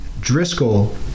Driscoll